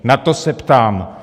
Na to se ptám.